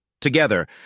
Together